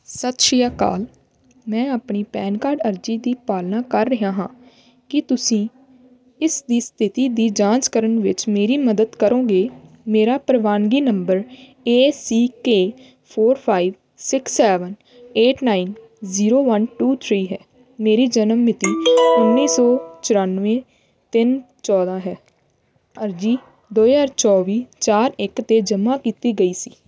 ਸਤਿ ਸ੍ਰੀ ਅਕਾਲ ਮੈਂ ਆਪਣੀ ਪੈਨ ਕਾਰਡ ਅਰਜ਼ੀ ਦੀ ਪਾਲਣਾ ਕਰ ਰਿਹਾ ਹਾਂ ਕੀ ਤੁਸੀਂ ਇਸ ਦੀ ਸਥਿਤੀ ਦੀ ਜਾਂਚ ਕਰਨ ਵਿੱਚ ਮੇਰੀ ਮਦਦ ਕਰੋਗੇ ਮੇਰਾ ਪ੍ਰਵਾਨਗੀ number A C K four five six seven eight nine zero one two three ਹੈ ਅਤੇ ਮੇਰੀ ਜਨਮ ਮਿਤੀ ਉੱਨੀ ਸੌ ਚੁਰਾਨਵੇਂ ਤਿੰਨ ਚੌਦਾਂ ਹੈ ਅਰਜ਼ੀ ਦੋ ਹਜਾਰ ਚੌਵੀ ਚਾਰ ਇੱਕ 'ਤੇ ਜਮ੍ਹਾਂ ਕੀਤੀ ਗਈ ਸੀ